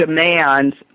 demands